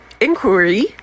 inquiry